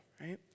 right